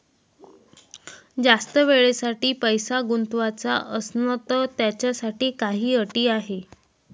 जास्त वेळेसाठी पैसा गुंतवाचा असनं त त्याच्यासाठी काही अटी हाय?